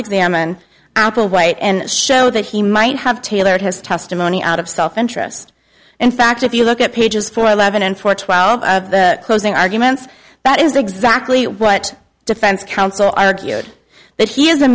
examine applewhite and show that he might have tailored his testimony out of self interest in fact if you look at pages four eleven and four twelve closing arguments that is exactly what defense counsel argued that he is a